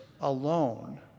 alone